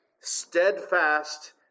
steadfast